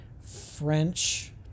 French